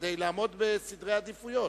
כדי לעמוד בסדרי עדיפויות.